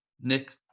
Nick